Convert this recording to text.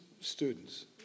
students